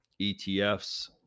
etfs